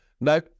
no